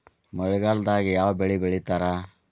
ಮಳೆಗಾಲದಾಗ ಯಾವ ಬೆಳಿ ಬೆಳಿತಾರ?